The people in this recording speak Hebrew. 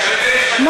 שר המשפטים מינה אותה.